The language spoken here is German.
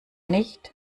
nicht